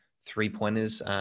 three-pointers